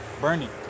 Bernie